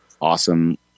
awesome